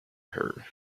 her